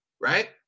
right